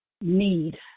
need